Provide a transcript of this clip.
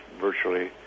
virtually